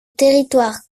territoire